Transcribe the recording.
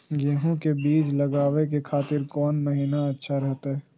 गेहूं के बीज लगावे के खातिर कौन महीना अच्छा रहतय?